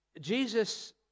Jesus